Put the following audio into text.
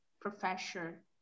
professor